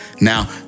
Now